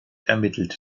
ermittelt